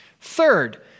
third